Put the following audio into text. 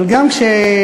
אבל גם כשאמרת